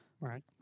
Right